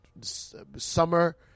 Summer